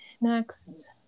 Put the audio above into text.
next